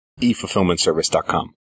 efulfillmentservice.com